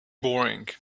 boring